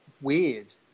weird